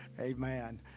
Amen